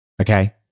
Okay